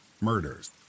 murders